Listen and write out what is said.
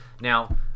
Now